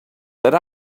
that